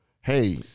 hey